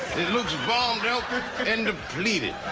it looks bombed out and depleted.